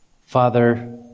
Father